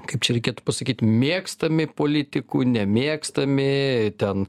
kaip čia reikėtų pasakyt mėgstami politikų nemėgstami ten